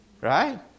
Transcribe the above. right